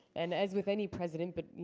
and as with any president but,